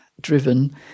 driven